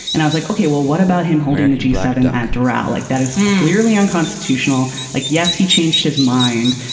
and i was like ok well what about him holding the g seven at doral. like that is clearly unconstitutional. like yes he changed his mind.